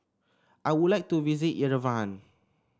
I would like to visit Yerevan